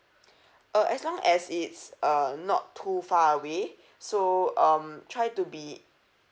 uh as long as it's uh not too far away so um try to be